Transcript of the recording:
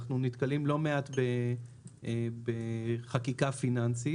אנחנו נתקלים לא מעט בחקיקה פיננסית